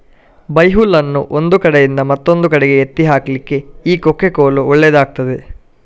ಬೈಹುಲ್ಲನ್ನು ಒಂದು ಕಡೆಯಿಂದ ಮತ್ತೊಂದು ಕಡೆಗೆ ಎತ್ತಿ ಹಾಕ್ಲಿಕ್ಕೆ ಈ ಕೊಕ್ಕೆ ಕೋಲು ಒಳ್ಳೇದಾಗ್ತದೆ